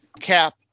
cap